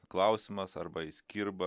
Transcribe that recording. klausimas arba jis kirba